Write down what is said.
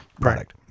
product